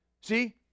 See